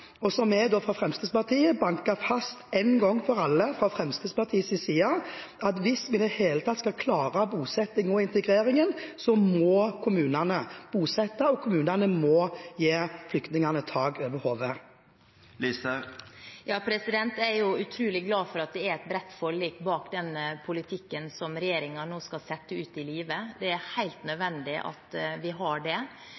saksområdet, så jeg skal ikke be henne komme med incentiver om hva hun skal gjøre for bosetting og integrering, som blir det viktigste: Kan statsråden som ny minister, fra Fremskrittspartiet, banke fast en gang for alle fra Fremskrittspartiets side at hvis vi i det hele tatt skal klare bosettingen og integreringen, må kommunene bosette, og kommunene må gi flyktningene tak over hodet? Jeg er utrolig glad for at det er et bredt forlik bak den politikken som regjeringen nå skal sette ut i